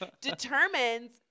determines